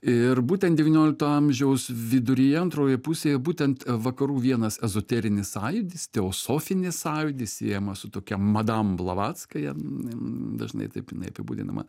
ir būtent devyniolikto amžiaus viduryje antrojoj pusėje būtent vakarų vienas ezoterinis sąjūdis teosofinis sąjūdis siejamas su tokia madam blavatskaja dažnai taip jinai apibūdinama